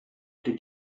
did